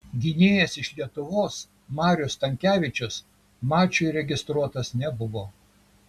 gynėjas iš lietuvos marius stankevičius mačui registruotas nebuvo